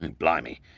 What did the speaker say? and blimey,